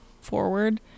forward